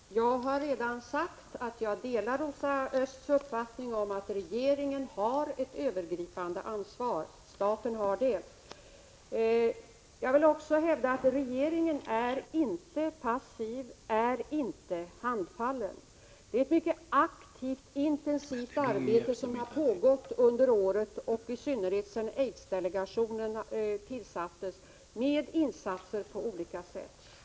Herr talman! Jag har redan sagt att jag delar Rosa Ösths uppfattning att regeringen, staten, har ett övergripande ansvar. Jag vill också hävda att regeringen inte är passiv eller handfallen. Det är ett mycket intensivt och aktivt arbete som har pågått under året, i synnerhet sedan aidsdelegationen tillsattes, med olika insatser.